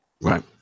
right